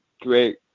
great